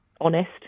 honest